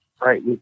Right